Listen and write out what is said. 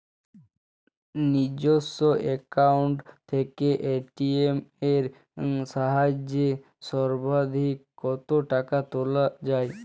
নিজস্ব অ্যাকাউন্ট থেকে এ.টি.এম এর সাহায্যে সর্বাধিক কতো টাকা তোলা যায়?